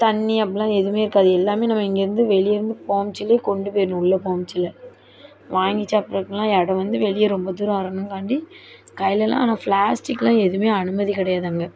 தண்ணி அப்படிலாம் எதுவும் இருக்காது எல்லாம் நம்ம இங்கேயிருந்து வெளியேருந்து போமுச்சில்ல கொண்டு போய்டணும் உள்ளே போமுச்சில்ல வாங்கி சாப்புடுறதுக்கெல்லாம் இடம் வந்து வெளியே ரொம்ப தூரம் வரணுங்காண்டி கையிலேலாம் ஆனால் பிளாஸ்டிக்லாம் எதுவுமே அனுமதி கிடையாது அங்கே